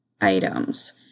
items